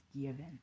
Given